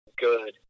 good